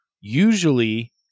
usually